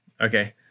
Okay